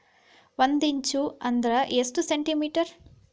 ಒಂದಿಂಚು ಅಂದ್ರ ಎಷ್ಟು ಸೆಂಟಿಮೇಟರ್?